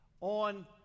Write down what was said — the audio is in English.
on